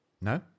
No